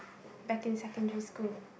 back in secondary school